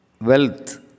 Wealth